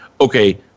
okay